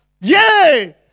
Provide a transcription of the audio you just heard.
Yay